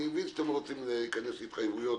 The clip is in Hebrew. אני מבין שאתם לא רוצים להיכנס להתחייבויות